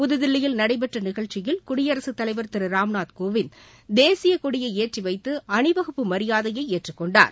புதுதில்லியில் நடைபெற்ற நிகழ்ச்சியில் குடியரசுத் தலைவர் திரு ராம்நாத் கோவிந்த் தேசியக்கொடியை ஏற்றிவைத்து அணிவகுப்பு மரியாதையை ஏற்றுக்கொண்டார்